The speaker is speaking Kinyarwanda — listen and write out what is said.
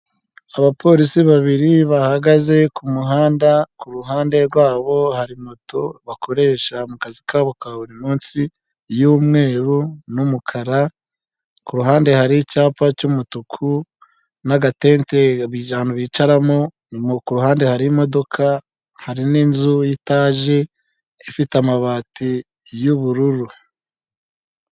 Abapolisi babiri bahagaze kumuhanda, kuruhande rwabo hari moto bakoresha mu akazi kabo ka buri munsi y'umweru n'umukara kuruhande hari icyapa cy'umutuku n'agatente bicaramo, kuruhande hari imodoka hari n'inzu ya etaje ifite amabati y'ubururu.